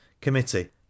Committee